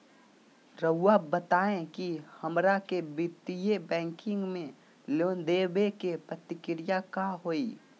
रहुआ बताएं कि हमरा के वित्तीय बैंकिंग में लोन दे बे के प्रक्रिया का होई?